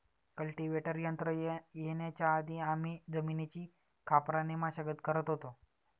cultivator यंत्र येण्याच्या आधी आम्ही जमिनीची खापराने मशागत करत होतो